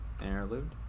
Interlude